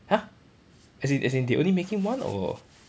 !huh! as in as in they only making one or